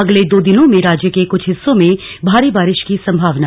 अगले दो दिनों में राज्य के कुछ हिस्सों में भारी बारिश की संभावना